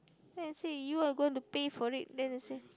then I say you are gonna pay for it then I say